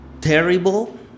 terrible